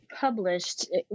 published